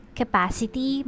capacity